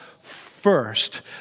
first